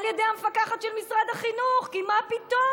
על ידי המפקחת של משרד החינוך, כי מה פתאום?